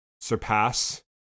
surpass